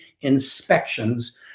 inspections